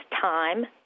time